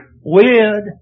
Weird